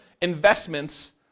investments